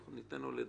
ניתן לו לדבר.